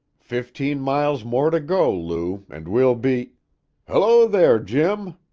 fifteen miles more to go, lou, and we'll be hello, there, jim.